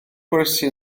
gwersi